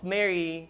Mary